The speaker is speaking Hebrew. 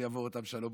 שיעבור אותה בשלום,